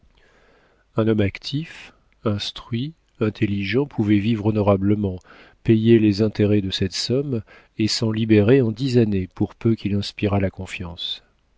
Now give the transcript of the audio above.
un homme actif instruit intelligent pouvait vivre honorablement payer les intérêts de cette somme et s'en libérer en dix années pour peu qu'il inspirât de confiance